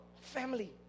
Family